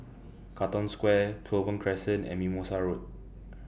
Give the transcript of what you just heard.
Katong Square Clover Crescent and Mimosa Road